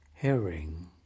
Herring